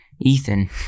Ethan